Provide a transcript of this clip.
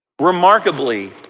remarkably